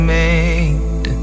made